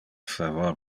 favor